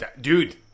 Dude